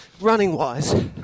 running-wise